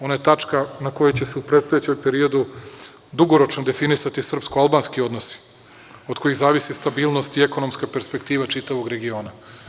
Ono je tačka na kojoj će se u predstojećem periodu dugoročno definisati srpsko-albanski odnosi od kojih zavisi stabilnost i ekonomska perspektiva čitavog regiona.